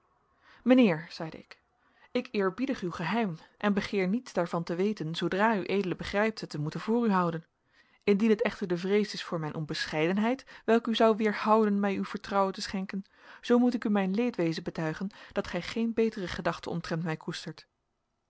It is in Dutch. mijnheer zeide ik ik eerbiedig uw geheim en begeer niets daarvan te weten zoodra ued begrijpt het te moeten voor u houden indien het echter de vrees is voor mijn onbescheidenheid welke u zou weerhouden mij uw vertrouwen te schenken zoo moet ik u mijn leedwezen betuigen dat gij geen betere gedachten omtrent mij koestert